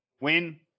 Win